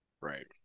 right